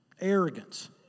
arrogance